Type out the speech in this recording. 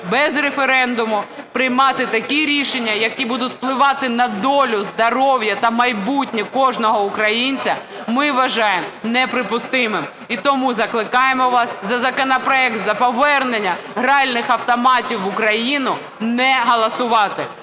Без референдуму приймати такі рішення, які будуть впливати на долю, здоров'я та майбутнє кожного українця, ми вважаємо неприпустимим. І тому закликаємо вас за законопроект за повернення гральних автоматів в Україну не голосувати.